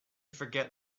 forget